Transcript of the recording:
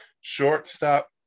Shortstop